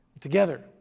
Together